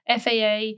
FAA